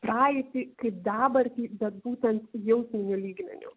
praeitį kaip dabartį bet būtent jausminiu lygmeniu